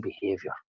behavior